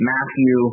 Matthew